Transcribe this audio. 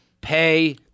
Pay